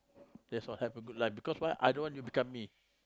that's all have a good life because why I don't want you become me